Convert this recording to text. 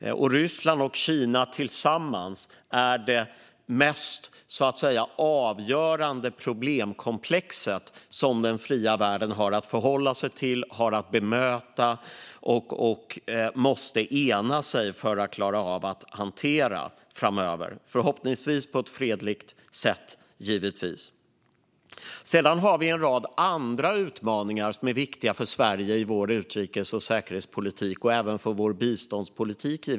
Ryssland och Kina tillsammans är det mest avgörande problemkomplex som den fria världen har att förhålla sig till och bemöta, och vi måste ena oss för att klara av att hantera detta framöver - förhoppningsvis på ett fredligt sätt, givetvis. Sedan har vi en rad andra utmaningar som är viktiga för Sverige i vår utrikes och säkerhetspolitik, liksom givetvis för vår biståndspolitik.